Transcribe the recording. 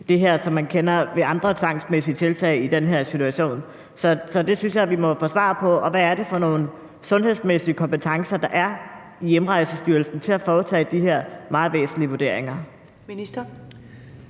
som man kender det fra andre tvangsmæssige tiltag i den her situation. Det synes jeg vi må få svar på. Og hvad er det for nogle sundhedsmæssige kompetencer, der er i Hjemrejsestyrelsen til at foretage de her meget væsentlige vurderinger? Kl.